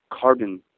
carbon